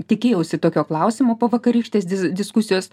tikėjausi tokio klausimo po vakarykštės diz diskusijos